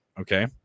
okay